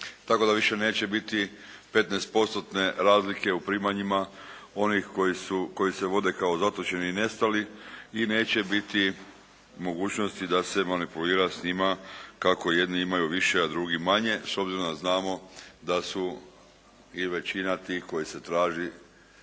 tako da više neće biti 15%-tne razlike u primanjima onih koji se vode kao zatočeni i nestali i neće biti mogućnosti da se manipulira s njima kako jedni imaju, a drugi manje s obzirom da znamo da su i većina tih koji se traži,